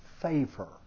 favor